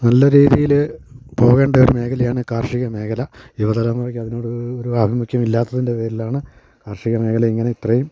നല്ല രീതിയിൽ പോകേണ്ടൊരു മേഖലയാണ് കാർഷിക മേഖല യുവതലമുറക്ക് അതിനോടൊരു ആഭിമുഖ്യമില്ലാത്തതിൻ്റെ പേരിലാണ് കാർഷിക മേഖല ഇങ്ങനെ ഇത്രയും